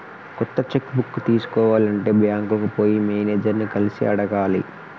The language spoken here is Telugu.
కొత్త చెక్కు బుక్ తీసుకోవాలి అంటే బ్యాంకుకు పోయి మేనేజర్ ని కలిసి అడగాలి